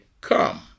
come